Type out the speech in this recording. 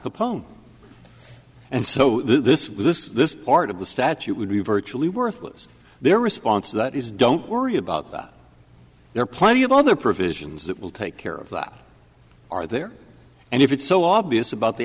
capone and so this was this this part of the statute would be virtually worthless their response to that is don't worry about that there are plenty of other provisions that will take care of that are there and if it's so obvious about the